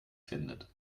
findet